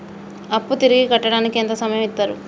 అప్పు తిరిగి కట్టడానికి ఎంత సమయం ఇత్తరు?